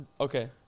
okay